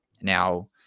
Now